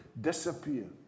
disappear